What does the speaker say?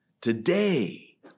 Today